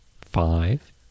five